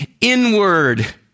inward